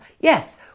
Yes